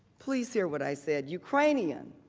please hear what i said, ukrainian